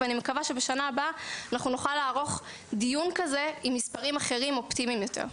ואני מקווה שבשנה הבאה נוכל לערוך דיון כזה עם מספרים אופטימיים יותר.